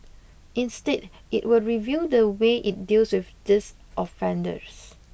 instead it will review the way it deals with these offenders